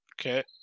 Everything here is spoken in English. Okay